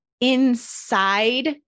inside